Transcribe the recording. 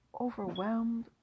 overwhelmed